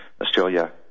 Australia